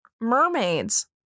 mermaids